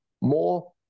more